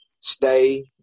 stay